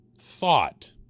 thought